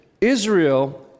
Israel